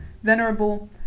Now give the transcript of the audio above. venerable